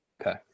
Okay